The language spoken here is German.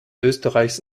österreichs